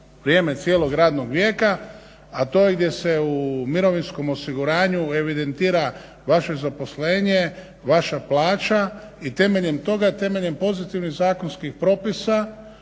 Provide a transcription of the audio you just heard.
vrijeme cijelog radnog vijeka, a to je gdje se u mirovinskom osiguranju evidentira vaše zaposlenje, vaša plaća i temeljem toga, temeljem pozitivnih zakonskih propisa